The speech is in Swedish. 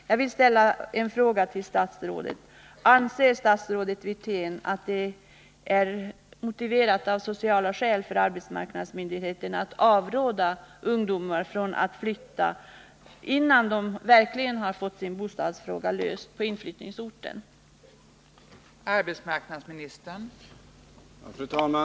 Jag vill därför fråga statsrådet: Anser också statsrådet att det av sociala skäl är motiverat att arbetsmarknadsmyndigheten avråder ungdomar från att flytta innan de verkligen har fått sin bostadsfråga på inflyttningsorten löst?